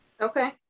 okay